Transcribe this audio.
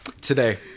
today